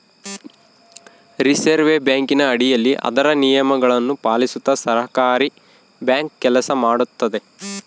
reserve ಬ್ಯಾಂಕಿನ ಅಡಿಯಲ್ಲಿ ಅದರ ನಿಯಮಗಳನ್ನು ಪಾಲಿಸುತ್ತ ಸಹಕಾರಿ ಬ್ಯಾಂಕ್ ಕೆಲಸ ಮಾಡುತ್ತದೆ